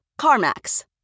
CarMax